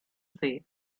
say